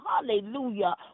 hallelujah